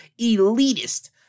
elitist